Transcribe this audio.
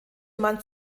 man